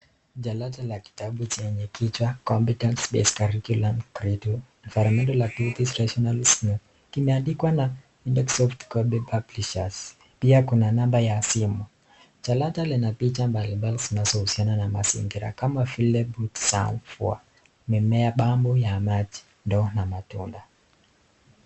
Jalada ya kitabu yenye kichwa "competency based curriculum grade 2 Environmental " kumeandikwa na publishers pia Kuna namba ya simu, jalada Lina picha mbalimbali zinazohusikana na mazingira kama vile mimea za ndoo na matunda.